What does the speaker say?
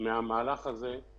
זה באמת מפחיד.